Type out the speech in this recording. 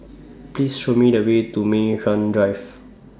Please Show Me The Way to Mei Hwan Drive